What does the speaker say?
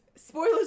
Spoilers